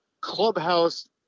clubhouse